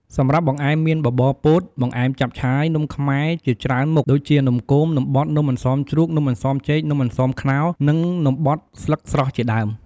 សម្រាប់បង្អែម មានបបរពោត បង្អែមចាប់ឆាយ នំខ្មែរជាច្រើនមុខ ដូចជា នំគម នំបត់ នំអន្សមជ្រូក នំអន្សមចេក នំអន្សមខ្នុរ និងនំបត់ស្លឹកស្រស់ជាដើម។។